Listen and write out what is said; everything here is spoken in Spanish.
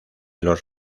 los